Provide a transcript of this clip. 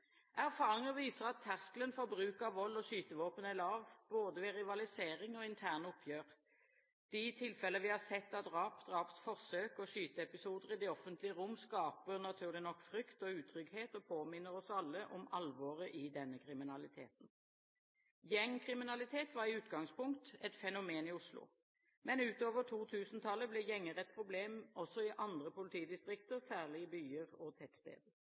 Erfaringer viser at terskelen for bruk av vold og skytevåpen er lav, både ved rivalisering og ved interne oppgjør. De tilfeller vi har sett av drap, drapsforsøk og skyteepisoder i det offentlige rom, skaper naturlig nok frykt og utrygghet og påminner oss alle om alvoret i denne kriminaliteten. Gjengkriminalitet var i utgangspunktet et fenomen i Oslo, men utover 2000-tallet ble gjenger et problem også i andre politidistrikter, særlig i byer og tettsteder.